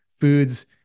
foods